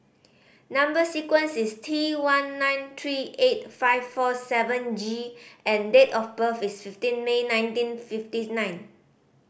number sequence is T one nine three eight five four seven G and date of birth is fifteen May nineteen fifty nine